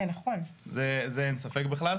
אין ספק בזה בכלל.